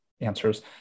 answers